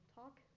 talk